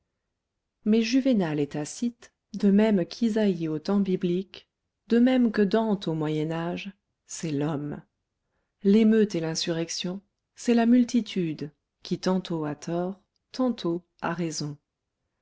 mais juvénal et tacite de même qu'isaïe aux temps bibliques de même que dante au moyen âge c'est l'homme l'émeute et l'insurrection c'est la multitude qui tantôt a tort tantôt a raison